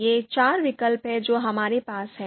ये चार विकल्प हैं जो हमारे पास हैं